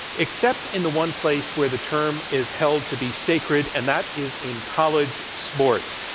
except in the one place where the term is held to be sacred and that is in college sports.